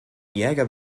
jäger